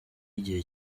igihe